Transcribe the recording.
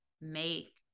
make